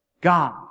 God